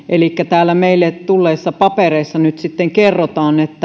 elikkä täällä meille tulleissa papereissa nyt sitten kerrotaan että